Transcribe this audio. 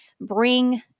bring